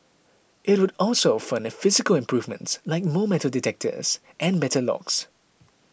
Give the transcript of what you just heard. it would also fund physical improvements like more metal detectors and better locks